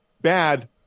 Bad